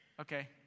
Okay